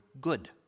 good